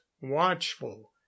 watchful